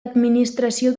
administració